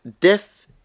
Death